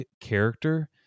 character